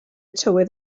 tywydd